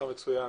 שלום